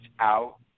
out